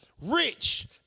rich